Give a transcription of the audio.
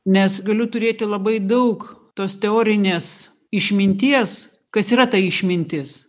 nes galiu turėti labai daug tos teorinės išminties kas yra ta išmintis